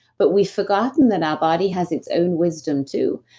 but we've forgotten that our body has its own wisdom too.